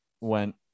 went